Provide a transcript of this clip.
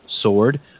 sword